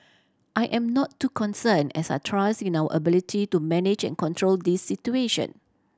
I am not too concerned as I trust in our ability to manage and control this situation